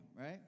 right